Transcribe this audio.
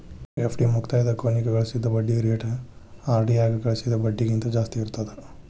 FD ಮುಕ್ತಾಯದ ಕೊನಿಗ್ ಗಳಿಸಿದ್ ಬಡ್ಡಿ ರೇಟ ಆರ್.ಡಿ ಯಾಗ ಗಳಿಸಿದ್ ಬಡ್ಡಿಗಿಂತ ಜಾಸ್ತಿ ಇರ್ತದಾ